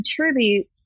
contribute